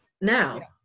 now